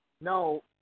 no